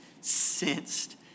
sensed